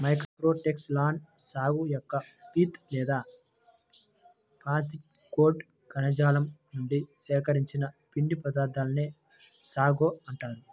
Metroxylon సాగు యొక్క pith లేదా స్పాంజి కోర్ కణజాలం నుండి సేకరించిన పిండి పదార్థాన్నే సాగో అంటారు